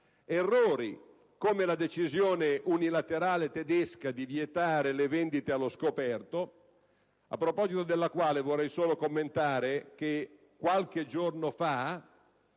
Errori, come la decisione unilaterale tedesca di vietare le vendita allo scoperto, a proposito della quale vorrei solo ricordare, a titolo di